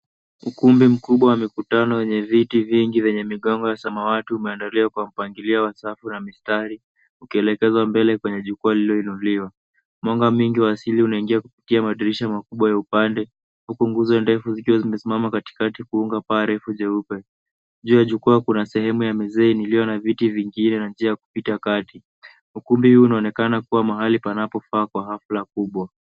Ukumbi mkubwa wa mikutano wenye viti vingi vyenye migongo ya samawati umeandaliwa kwa mpangilio wa safu na mistari ukielekezwa mbele kwenye jukwaa lililo inuliwa. Mwanga mingi wa asili unaingia kupitia madirisha makubwa ya upande. Huku nguzo ya ndefu zikiwa zimesimama katikati kuunga paa refu jeupe. Juu ya jukwaa kuna sehemu ya mizeini iliyo na viti vingine na njia ya kupita kati. Ukumbi huu unaonekana kuwa mahali panapofaa kwa hafla kubwa.